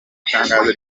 itangazo